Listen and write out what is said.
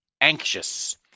anxious